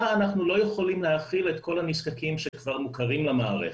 אנחנו לא יכולים להאכיל את כל הנזקקים שכבר מוכרים למערכת.